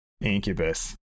incubus